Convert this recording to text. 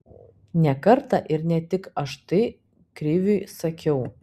ne kartą ir ne tik aš tai kriviui sakiau